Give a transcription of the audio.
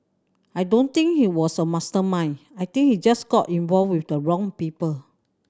I don't think he was a mastermind I think he just got involved with the wrong people